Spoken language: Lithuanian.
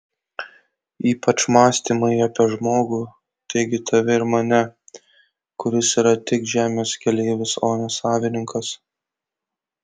ypač mąstymai apie žmogų taigi tave ir mane kuris yra tik žemės keleivis o ne savininkas